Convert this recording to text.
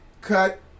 Cut